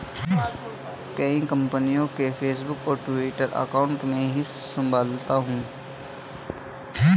कई कंपनियों के फेसबुक और ट्विटर अकाउंट मैं ही संभालता हूं